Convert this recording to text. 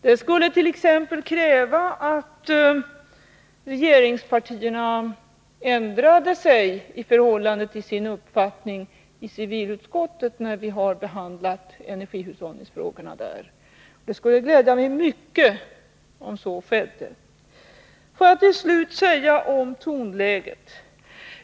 Det skulle t.ex. kräva att regeringspartierna ändrade sig i förhållande till sin uppfattning i civilutskottet när vi behandlade energihushållningsfrågorna där. Det skulle glädja mig mycket om så skedde.